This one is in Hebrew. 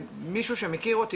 מישהו שם הכיר אותי,